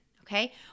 Okay